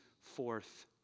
forth